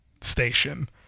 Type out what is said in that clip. station